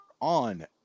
on